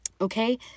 Okay